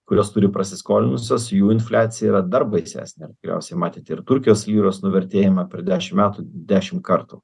kurios turi prasiskolinusios jų infliacija yra dar baisesnė tikriausiai matėte ir turkijos lyros nuvertėjimą per dešim metų dešim kartų